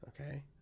okay